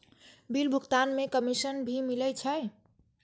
Bill भुगतान में commission भी मिले छै?